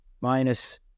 minus